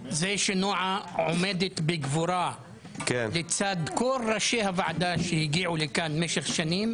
זה שנועה עומדת בגבורה לצד כל ראשי הוועדה שהגיעו לכאן משך שנים